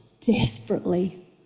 desperately